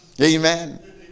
Amen